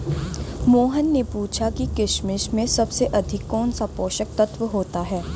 मोहन ने पूछा कि किशमिश में सबसे अधिक कौन सा पोषक तत्व होता है?